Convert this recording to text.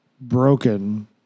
broken